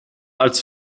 als